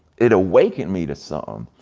it awakened me to so um